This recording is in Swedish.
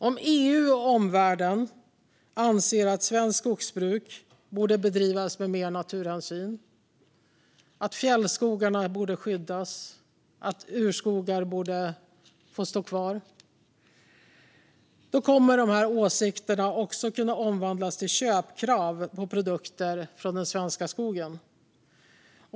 Om EU och omvärlden anser att svenskt skogsbruk borde bedrivas med mer naturhänsyn, att fjällskogarna borde skyddas och att urskogar borde få stå kvar kommer dessa åsikter också att kunna omvandlas till köpkrav på produkter från den svenska skogen.